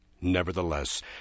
Nevertheless